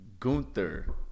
Gunther